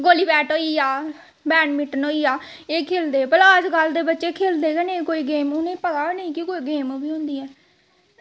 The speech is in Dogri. गोली बैट होई गेआ बैडमिंटन होई गेआ एह् खेल्लदे भला अजकल्ल दे बच्चे खेल्लदे गै नेईं कोई गेम उ'नें गी पता गै नेईं कोई गेम बी होंदी ऐ